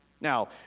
Now